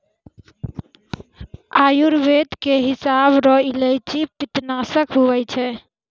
आयुर्वेद के हिसाब रो इलायची पित्तनासक हुवै छै